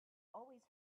always